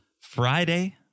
Friday